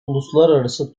uluslararası